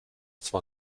zwar